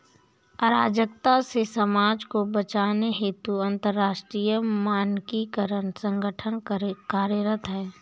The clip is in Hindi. अराजकता से समाज को बचाने हेतु अंतरराष्ट्रीय मानकीकरण संगठन कार्यरत है